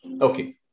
Okay